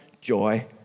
joy